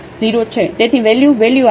તેથી value value આવશે